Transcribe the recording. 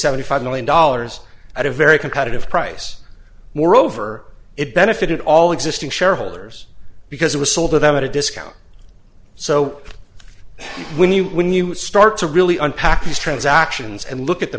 seventy five million dollars at a very competitive price moreover it benefited all existing shareholders because it was sold to them at a discount so when you when you start to really unpack these transactions and look at the